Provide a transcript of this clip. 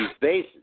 bases